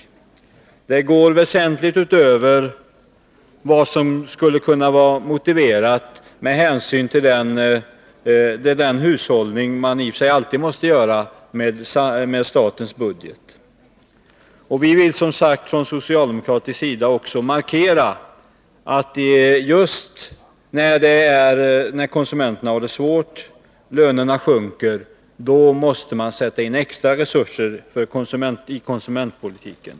Neddragningen är väsentligt kraftigare än vad som är motiverat med hänsyn till den hushållning man i och för sig alltid måste visa med statens pengar. Vi socialdemokrater vill som sagt markera att det är just när konsumenterna har det svårt och lönerna sjunker som konsumentpolitiken måste ges extra resurser.